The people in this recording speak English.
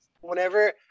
Whenever